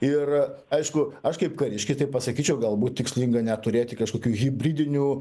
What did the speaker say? ir aišku aš kaip kariškis tai pasakyčiau galbūt tikslinga net turėti kažkokių hibridinių